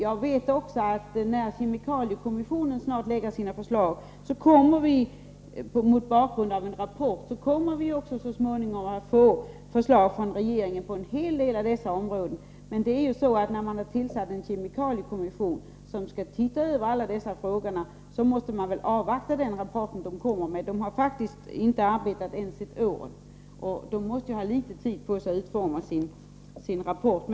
Jag vet också att när kemikaliekommissionen mot bakgrund av en rapport snart lägger fram sina förslag, så kommer vi så småningom att få förslag från regeringen på en hel del av dessa områden. Men det är ju så att när man tillsatt en kemikaliekommission som skall se över dessa frågor, måste man avvakta dess rapport. Kommissionen har faktiskt inte arbetat ens ett år, och den måste naturligtvis ha viss tid på sig för att utforma sin rapport.